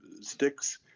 sticks